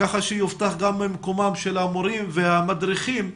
כך שיובטח גם מקומם של המורים והמדריכים,